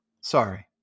Sorry